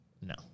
No